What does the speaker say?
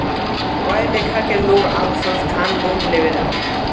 कए लेखा के लोग आउर संस्थान लोन लेवेला